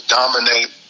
dominate